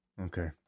okay